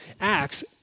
Acts